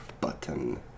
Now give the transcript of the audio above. button